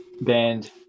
band